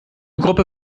gruppe